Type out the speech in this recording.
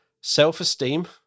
Self-esteem